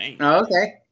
Okay